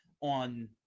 on